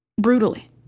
Brutally